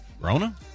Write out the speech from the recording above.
Rona